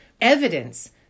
evidence